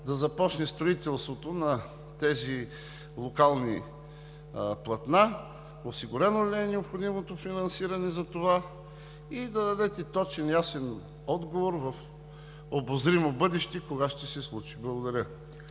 да започне строителството на тези локални платна, осигурено ли е необходимото финансиране за това и да дадете точен и ясен отговор в обозримо бъдеще кога ще се случи? Благодаря.